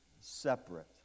separate